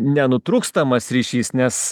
nenutrūkstamas ryšys nes